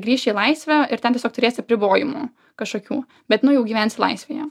jei grįši į laisvę ir ten tiesiog turėsi apribojimų kažkokių bet nu jau gyvensi laisvėje